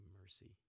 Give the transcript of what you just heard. mercy